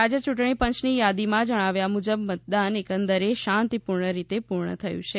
રાજ્ય યૂંટણી પંચની યાદીમાં જણાવ્યા મુજબ મતદાન એકંદરે શાંતિપૂર્ણ રીતે પૂર્ણ થયું છે